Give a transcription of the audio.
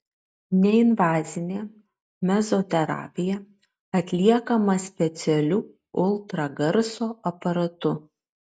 neinvazinė mezoterapija atliekama specialiu ultragarso aparatu